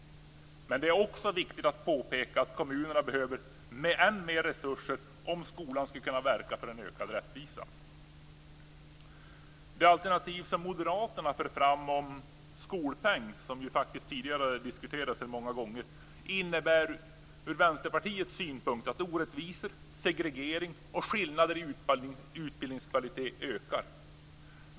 Men det är också viktigt att påpeka att kommunerna behöver än mer resurser om skolan skall kunna verka för ökad rättvisa. Det alternativ som moderaterna för fram om skolpeng, som faktiskt har diskuterats många gånger tidigare, innebär ur Vänsterpartiets synpunkt att orättvisor, segregering och skillnader i utbildningskvalitet ökar.